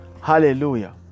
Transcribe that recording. Hallelujah